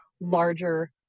larger